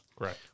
Right